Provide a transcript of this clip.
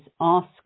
ask